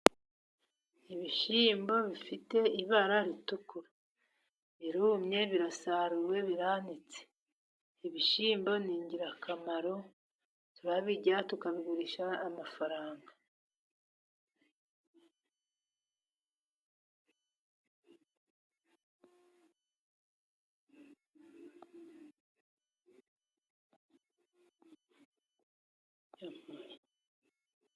Ibishyimbo bifite ibara ritukura birumye birasaruye biranitse. Ibishyimbo n'ingirakamaro turabirya tukabigurish amafaranga.